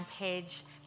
page